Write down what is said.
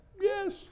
yes